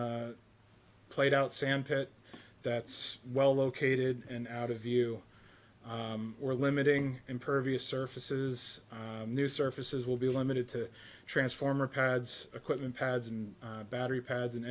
a played out sand pit that's well located and out of view or limiting impervious surfaces new surfaces will be limited to transformer pads equipment pads and battery pads and